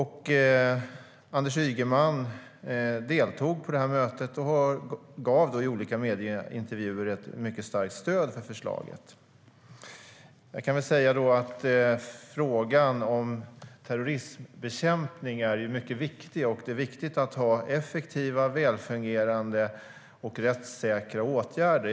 Anders Ygeman deltog i mötet och gav i olika medieintervjuer ett mycket starkt stöd för förslaget. Jag kan väl säga att frågan om terrorismbekämpning är mycket viktig och att det är viktigt att ha effektiva, välfungerande och rättssäkra åtgärder.